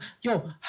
Yo